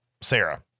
sarah